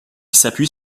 s’appuie